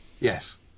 Yes